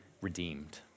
redeemed